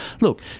Look